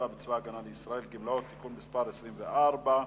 בצבא-הגנה לישראל (גמלאות) (תיקון מס' 24),